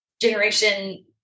generation